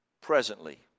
presently